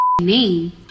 name